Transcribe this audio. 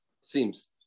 Seems